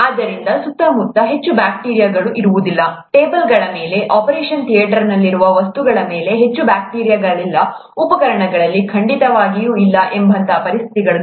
ಆದ್ದರಿಂದ ಸುತ್ತಮುತ್ತ ಹೆಚ್ಚು ಬ್ಯಾಕ್ಟೀರಿಯಾಗಳು ಇರುವುದಿಲ್ಲ ಟೇಬಲ್ಗಳ ಮೇಲೆ ಆಪರೇಷನ್ ಥಿಯೇಟರ್ನಲ್ಲಿರುವ ವಸ್ತುಗಳ ಮೇಲೆ ಹೆಚ್ಚು ಬ್ಯಾಕ್ಟೀರಿಯಾಗಳಿಲ್ಲ ಉಪಕರಣಗಳಲ್ಲಿ ಖಂಡಿತವಾಗಿಯೂ ಇಲ್ಲ ಎಂಬಂತಹ ಪರಿಸ್ಥಿತಿಗಳನ್ನು ರಚಿಸಬೇಕಾಗಿದೆ